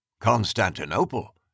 Constantinople